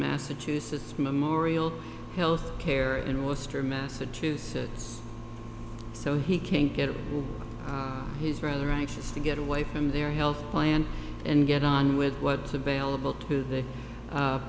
massachusetts memorial health care in worcester massachusetts so he can't get his rather anxious to get away from their health plan and get on with what's available to the